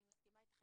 אני מסכימה איתך.